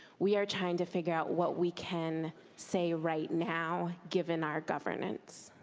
we are trying to figure out what we can say right now given our governance.